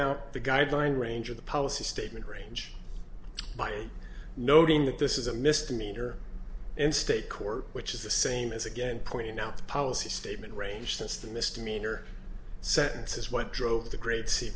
out the guideline range of the policy statement range by noting that this is a misdemeanor in state court which is the same as again pointing out the policy statement range since the misdemeanor sentence is what drove the great se